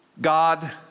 God